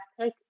take